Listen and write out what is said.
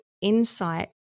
insight